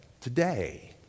today